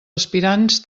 aspirants